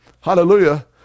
hallelujah